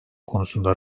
konusunda